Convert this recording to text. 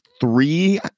three